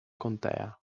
contea